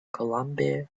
colombia